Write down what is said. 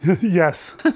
Yes